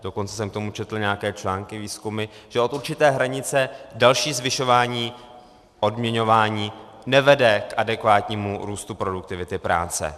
Dokonce jsem k tomu četl nějaké články, výzkumy, že od určité hranice další zvyšování odměňování nevede k adekvátnímu růstu produktivity práce.